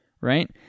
right